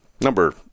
number